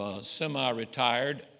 semi-retired